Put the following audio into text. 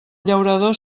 llaurador